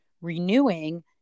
renewing